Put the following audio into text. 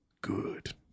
Good